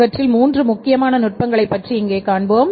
இவற்றில் மூன்று முக்கியமான நுட்பங்களைப் பற்றி இங்கே காண்போம்